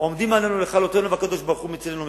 עומדים עלינו לכלותנו, והקב"ה מצילנו מידם.